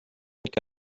que